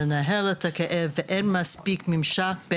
לנהל את הכאב ואין מספיק ממשק,